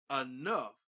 enough